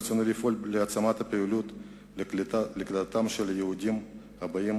ברצוני לפעול להעצמת הפעילות לקליטתם של היהודים הבאים